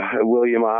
William